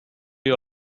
you